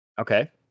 Okay